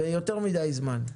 זה יותר מדי זמן.